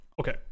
Okay